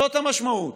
זאת המשמעות.